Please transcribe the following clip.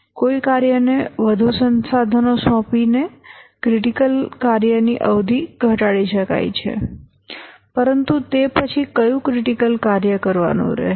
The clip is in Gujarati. કોઈ કાર્યને વધુ સંસાધનો સોંપીને ક્રિટિકલ કાર્યની અવધિ ઘટાડી શકાય છે પરંતુ તે પછી કયું ક્રિટિકલ કાર્ય કરવાનું રહેશે